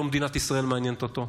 לא מדינת ישראל מעניינת אותו,